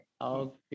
Okay